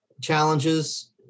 challenges